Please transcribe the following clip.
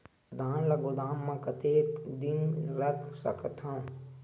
धान ल गोदाम म कतेक दिन रख सकथव?